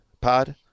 pod